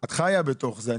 את חיה בתוך זה,